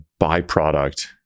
byproduct